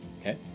Okay